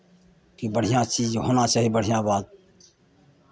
कि बढ़िआँ चीज होना चाही बढ़िआँ बात